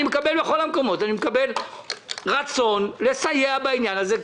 מקבל מכל מקום רצון לסייע בעניין הזה,